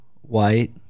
White